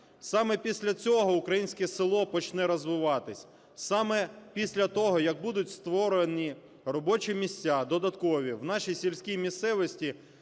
Саме після цього українське село почне розвиватись. Саме після того, як будуть створені робочі місця додаткові в нашій сільській місцевості,